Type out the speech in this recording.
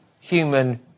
human